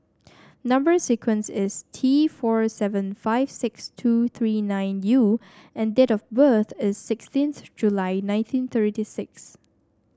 number sequence is T four seven five six two three nine U and date of birth is sixteenth July nineteen thirty six